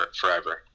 forever